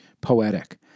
poetic